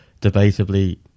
debatably